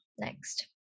Next